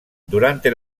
durante